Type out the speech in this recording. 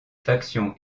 factions